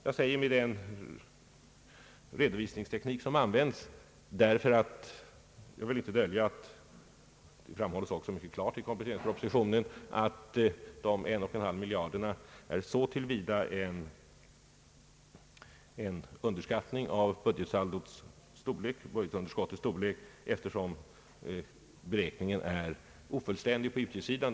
Jag säger enligt den redovisningsteknik som användes, ty jag vill inte dölja — det framhålles också mycket klart i kompletteringspropositionen — att dessa 1,5 miljard kronor innebär en underskattning av budgetunderskottets storlek, eftersom beräkningen är ofullständig på utgiftssidan.